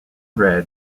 red